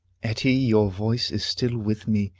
etty, your voice is still with me,